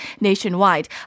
nationwide